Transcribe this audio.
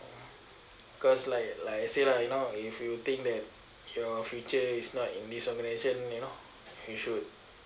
cause like like I say lah you know if you think that your future is not in this organisation you know you should